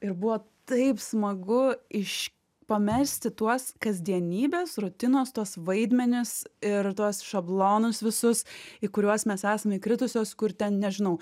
ir buvo taip smagu iš pamesti tuos kasdienybės rutinos tuos vaidmenis ir tuos šablonus visus į kuriuos mes esam įkritusios kur ten nežinau